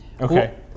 Okay